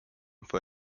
for